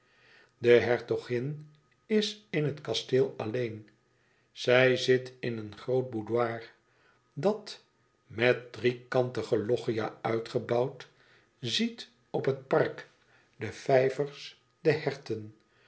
de hertogin is in het kasteel alleen zij zit in een groot boudoir dat met driekantige loggia uitgebouwd ziet op het park de vijvers de herten